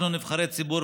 אנחנו נבחרי ציבור,